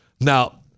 Now